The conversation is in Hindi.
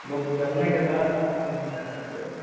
बुक करने के बाद आप लेके जा सकते हो